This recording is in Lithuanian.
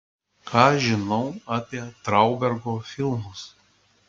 ką žinau apie traubergo filmus